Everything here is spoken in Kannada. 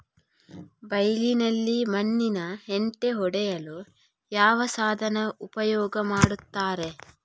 ಬೈಲಿನಲ್ಲಿ ಮಣ್ಣಿನ ಹೆಂಟೆ ಒಡೆಯಲು ಯಾವ ಸಾಧನ ಉಪಯೋಗ ಮಾಡುತ್ತಾರೆ?